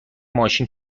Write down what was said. ماشین